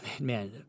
Man